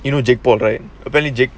you know jade bot right apparantly jade